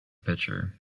pitcher